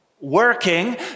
working